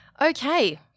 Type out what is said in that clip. Okay